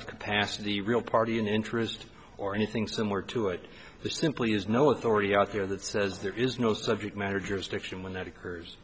of capacity real party in interest or anything similar to it simply has no authority out there that says there is no subject matter jurisdiction when that occurs